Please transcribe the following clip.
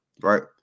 right